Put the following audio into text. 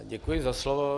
Děkuji za slovo.